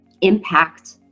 impact